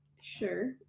Sure